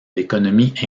l’économie